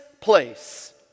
place